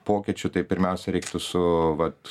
pokyčių tai pirmiausia reiktų su vat